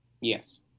Yes